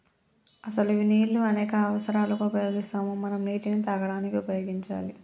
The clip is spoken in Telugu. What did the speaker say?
అసలు నీళ్ళు అనేక అవసరాలకు ఉపయోగిస్తాము మనం నీటిని తాగడానికి ఉపయోగించాలి